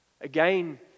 Again